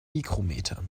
mikrometern